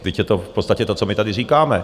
Vždyť je to v podstatě to, co my tady říkáme.